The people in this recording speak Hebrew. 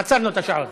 עצרנו את השעון.